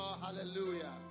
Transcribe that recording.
Hallelujah